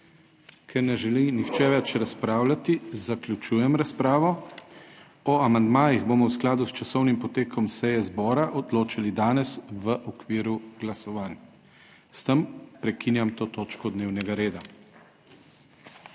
Ker ne želi nihče več razpravljati, zaključujem razpravo. O amandmajih bomo v skladu s časovnim potekom seje zbora odločali danes, v okviru glasovanj. S tem prekinjam to točko dnevnega reda.